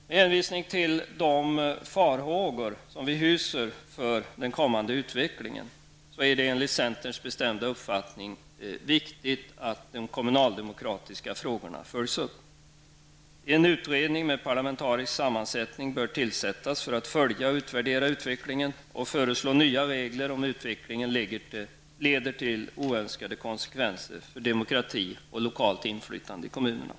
Med hänvisning till de farhågor som vi hyser inför den kommande utvecklingen är det enligt centerns bestämda uppfattning viktigt att de kommunaldemokratiska frågorna följs upp. En utredning med parlamentarisk sammansättning bör tillsättas för att följa och utvärdera utvecklingen och föreslå nya regler om utvecklingen leder till oönskade konsekvenser för demokrati och lokalt inflytande i kommunerna.